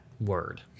word